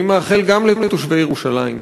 אני מאחל גם לתושבי ירושלים,